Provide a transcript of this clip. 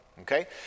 Okay